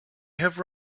have